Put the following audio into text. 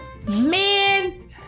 man